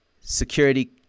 security